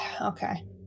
Okay